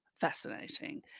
fascinating